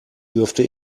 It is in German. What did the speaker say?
dürfte